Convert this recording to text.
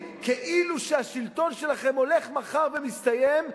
כאילו שהשלטון שלכם הולך ומסתיים מחר,